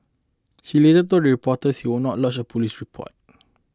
she later told reporter he would not lodge a police report